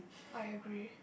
I agree